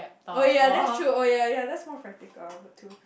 oh ya that's true oh ya ya that's more practical I would too